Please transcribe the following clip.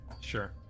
Sure